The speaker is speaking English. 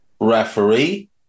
referee